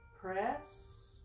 press